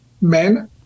men